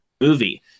movie